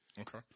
Okay